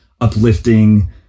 uplifting